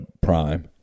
prime